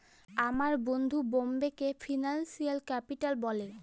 আমার বন্ধু বোম্বেকে ফিনান্সিয়াল ক্যাপিটাল বলে